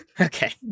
Okay